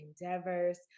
endeavors